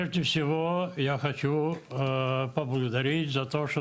(דבריו מתורגמים סימולטנית מרוסית לעברית ע"י ז'אנה